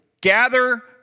gather